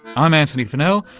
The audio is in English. i'm antony funnell,